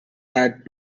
had